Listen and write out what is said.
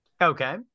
Okay